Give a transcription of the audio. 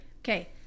Okay